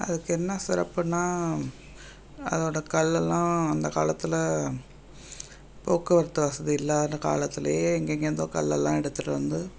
அதுக்கு என்ன சிறப்புன்னா அதோடய கல்லெல்லாம் அந்தக் காலத்தில் போக்குவரத்து வசதி இல்லாத காலத்துலேயே எங்கெங்கேருந்தோ கல்லெல்லாம் எடுத்துகிட்டு வந்து